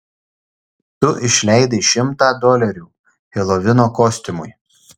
tu išleidai šimtą dolerių helovino kostiumui